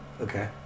Okay